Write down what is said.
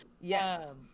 Yes